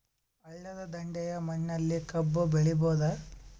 ಹಳ್ಳದ ದಂಡೆಯ ಮಣ್ಣಲ್ಲಿ ಕಬ್ಬು ಬೆಳಿಬೋದ?